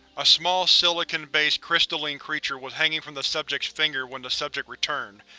a small silicon-based crystalline creature was hanging from the subject's finger when the subject returned.